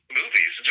movies